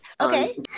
Okay